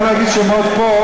לא אגיד שמות פה,